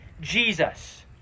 Jesus